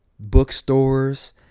Bookstores